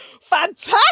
fantastic